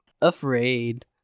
afraid